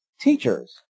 teachers